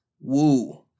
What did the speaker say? Woo